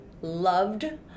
loved